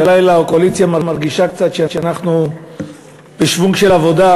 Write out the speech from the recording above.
שהקואליציה מרגישה קצת שאנחנו בשוונג של עבודה,